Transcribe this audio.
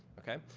okay?